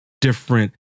different